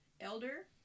elder